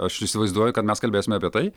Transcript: aš įsivaizduoju kad mes kalbėsime apie tai